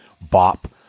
bop